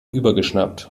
übergeschnappt